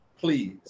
please